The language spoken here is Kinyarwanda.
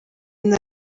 nari